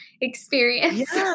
experience